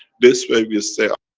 this way we stay.